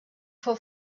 fou